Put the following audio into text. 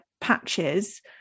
patches